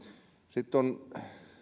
sitten on